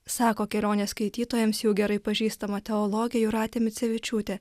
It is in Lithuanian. sako kelionės skaitytojams jau gerai pažįstama teologė jūratė micevičiūtė